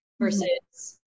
versus